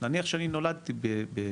לא, נניח שאני נולדתי בישראל